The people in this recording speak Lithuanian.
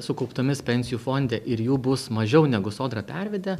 sukauptomis pensijų fonde ir jų bus mažiau negu sodra pervedė